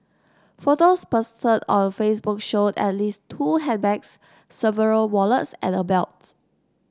photos posted on Facebook showed at least two handbags several wallets and a belt